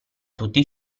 tutti